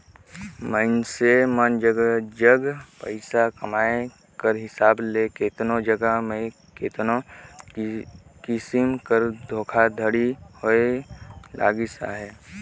मइनसे मन जग पइसा कमाए कर हिसाब ले केतनो जगहा में केतनो किसिम कर धोखाघड़ी होए लगिस अहे